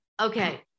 Okay